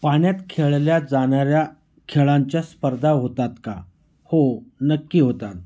पाण्यात खेळल्या जाणाऱ्या खेळांच्या स्पर्धा होतात का हो नक्की होतात